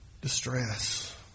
Distress